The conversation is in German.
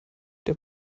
der